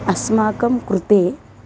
अस्माकं कृते